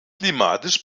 klimatisch